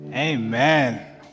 Amen